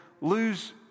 lose